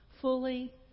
fully